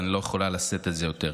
ואני לא יכולה לשאת את זה יותר.